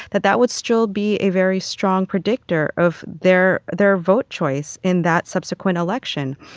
that that would still be a very strong predictor of their their vote choice in that subsequent election,